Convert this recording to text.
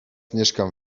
mieszkam